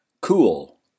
Cool